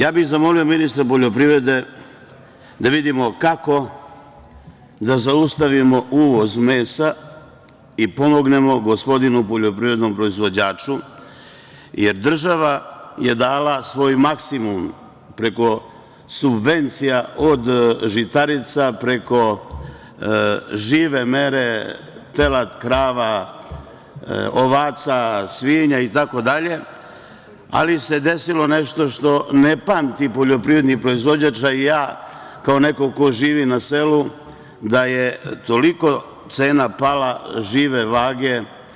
Ja bih zamolio ministra poljoprivrede da vidimo kako da zaustavimo uvoz mesa i pomognemo gospodinu poljoprivrednom proizvođaču, jer država je dala svoj maksimum preko subvencija od žitarica, preko žive mere krava, ovaca, svinja i tako dalje, ali se desilo nešto što ne pamti poljoprivredni proizvođač, a i ja kao neko ko živi na selu, da je toliko pala cena žive vage.